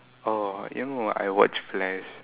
orh you know ah I watch Flash